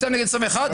32 נגד 21,